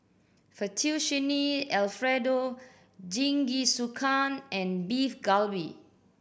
Fettuccine Alfredo Jingisukan and Beef Galbi